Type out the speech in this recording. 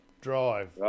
Drive